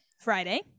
Friday